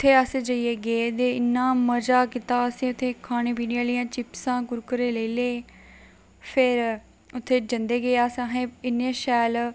उत्थै अस जेल्लै गे ते इन्ना मजा कीता असें उत्थै खाने पीने आह्लियां चीजां चिप्सां कुरकुरे लेई ले फिर उत्थै जंदे गे अस इन्नी शैल